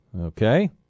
Okay